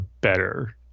better